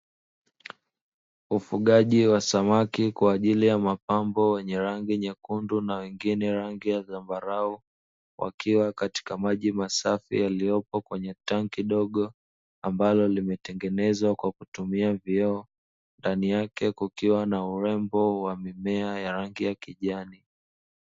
Ufugaji wa samaki kwa ajili ya mapambo wenye rangi nyekundu na wengine rangi ya zambarau wakiwa katika maji masafi yaliyopo kwenye tanki dogo ambalo limetengenezwa kwa kutumia vioo ndani yake kukiwa na urembo wa mimea ya rangi ya kijani.